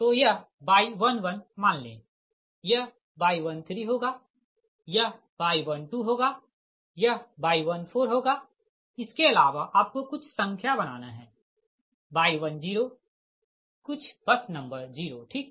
तो यह Y11 मान लें यह Y13 होगा यह Y12 होगा यह Y14 होगा इसके अलावा आपको कुछ संख्या बनाना है Y10 कुछ बस नंबर 0 ठीक